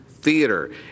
Theater